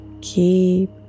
Keep